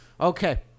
Okay